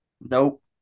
Nope